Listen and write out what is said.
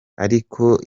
ariko